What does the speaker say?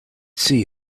see